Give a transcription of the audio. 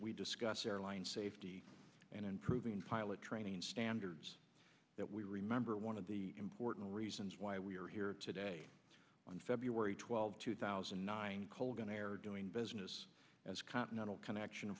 we discuss airline safety and improving pilot training standards that we remember one of the important reasons why we are here today on february twelfth two thousand and nine colgan air doing business as continental connection